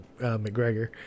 McGregor